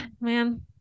man